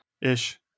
ish